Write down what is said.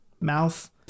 mouth